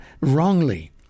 wrongly